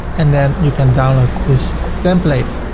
and then you can download this template.